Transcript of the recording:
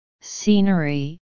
Scenery